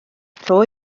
rho